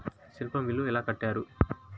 Cell phone bill ఎలా కట్టారు?